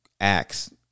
Acts